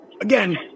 again